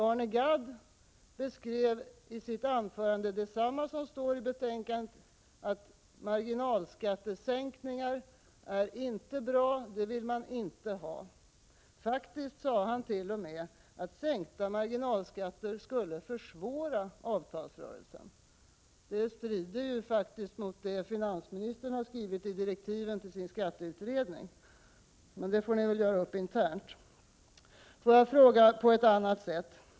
Arne Gadd framhöll i sitt anförande detsamma som står i betänkandet, att marginalskattesänkningar inte är bra, det vill man inte ha. Faktiskt sade han t.o.m. att sänkta marginalskatter skulle försvåra avtalsrörelsen. Det strider mot det finansministern har skrivit i direktiven till sin skatteutredning, men det får ni väl göra upp internt. Låt mig fråga på ett annat sätt.